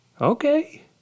Okay